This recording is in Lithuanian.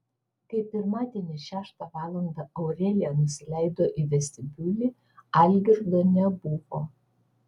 kai pirmadienį šeštą valandą aurelija nusileido į vestibiulį algirdo nebuvo